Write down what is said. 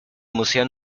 museo